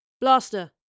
Blaster